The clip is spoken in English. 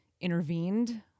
intervened